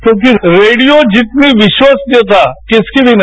क्योंकि रेडियो जितनी विश्वसनीयता किसी की भी नहीं